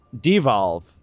devolve